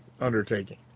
undertaking